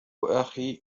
أخي